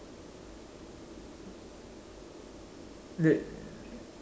th~